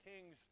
Kings